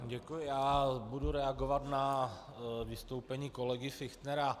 Děkuji, já budu reagovat na vystoupení kolegy Fichtnera.